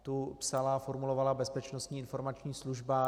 Tu psala a formulovala Bezpečnostní informační služba.